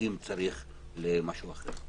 אם צריך, נבוא למשהו אחר.